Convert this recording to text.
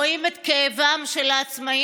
רואים את כאבם של העצמאים,